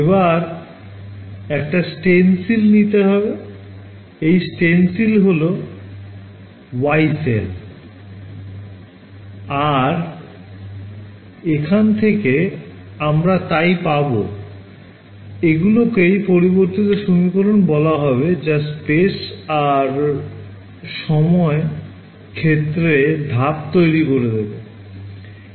এবার একটা স্টেনসিল নিতে হবে এই স্টেনসিল হল Yee cell আর এখান থেকে আমরা তাই পাবো এগুলকেই পরিবর্তিত সমীকরণ বলা হবে যা স্পেস আর সময় ক্ষেত্রে ধাপ তৈরি করে দেবে